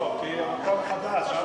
לא, כי המקום חדש.